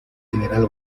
general